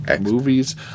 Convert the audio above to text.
movies